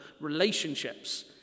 relationships